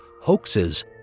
hoaxes